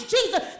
Jesus